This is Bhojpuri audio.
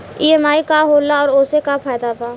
ई.एम.आई का होला और ओसे का फायदा बा?